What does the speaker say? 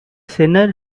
sinner